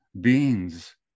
beings